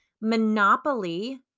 Monopoly